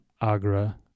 Agra